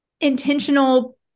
intentional